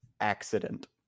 accident